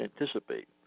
anticipate